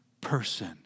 person